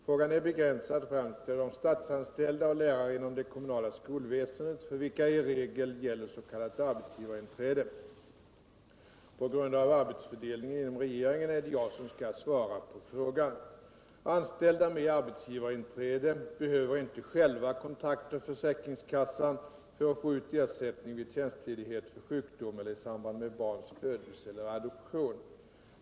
Frågan är begränsad främst till de statsanställda och lärare inom det kommunala Anställda med arbetsgivarinträde behöver inte själva kontakta försäkrings 25 maj 1978 kassan för att få ut ersättning vid tjänstledighet för sjukdom celler i samband med barns födelse eller adoption.